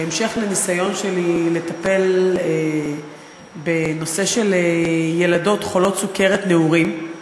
בהמשך לניסיון שלי לטפל בנושא של ילדות חולות סוכרת נעורים.